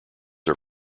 are